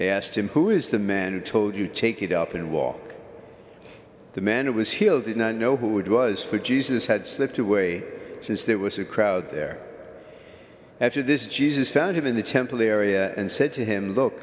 and asked him who is the man who told you to take it up and walk the man it was hill did not know what wood was for jesus had slipped away since there was a crowd there after this jesus found him in the temple area and said to him look